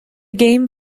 game